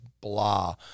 blah